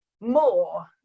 more